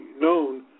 known